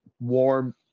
Warm